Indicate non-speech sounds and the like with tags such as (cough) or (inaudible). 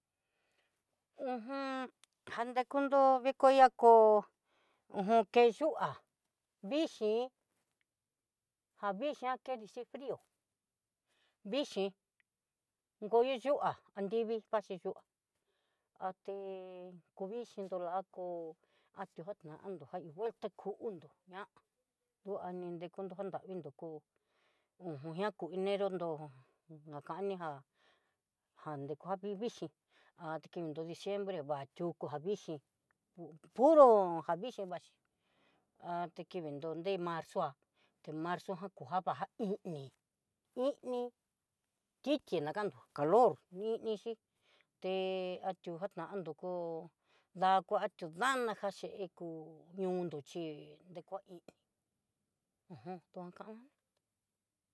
(hesitation) kandekunro viko yako (hesitation) ke yu'a vixhii ja vixhii quiere decirt frió, vixhi kon yo yu'a, anrivii vaxhi yu'a, até kuvixii nro lako atiujanandó jaihó vuelta ku úndu ña'a dua ni nnreku nró jaravinro kóo uj (hesitation) ña ku enero nró, nakanija jan ni kua vi vixhí atekinro diciembre vatiuku vixhí puro ja vixhi vaxhi (hesitation) kivinró nré marzoá te marzo jan kunga kava iin ní iní titi nakandó calor ninixhí te atiú janandó doko dakuantió dana já chekú ñondó xhí dekuan indi ujam dakuana.